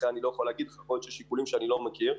יכול להיות שיש שיקולים שאני לא מכיר.